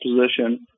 position